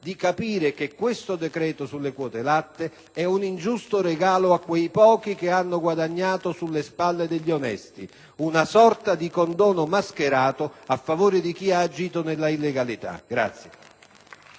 di capire che questo decreto sulle quote latte è un ingiusto regalo a quei pochi che hanno guadagnato sulle spalle degli onesti, una sorta di condono mascherato a favore di chi ha agito nell'illegalità.